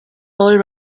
all